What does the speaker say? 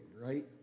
right